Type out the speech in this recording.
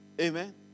Amen